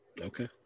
Okay